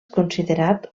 considerat